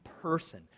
person